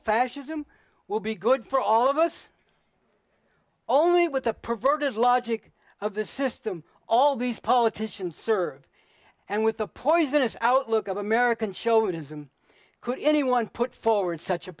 fascism will be good for all of us only with a perverted logic of the system all these politicians serve and with the poisonous outlook of american children is could anyone put forward such a